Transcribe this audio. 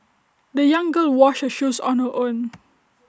the young girl washed her shoes on her own